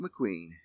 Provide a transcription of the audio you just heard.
McQueen